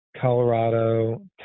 Colorado